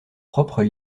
propres